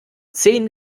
zehn